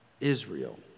Israel